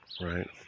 right